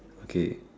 okay